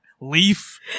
leaf